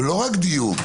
לא רק דיון,